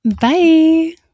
Bye